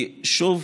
שוב,